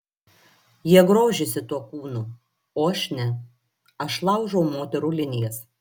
jie grožisi tuo kūnu o aš ne aš laužau moterų linijas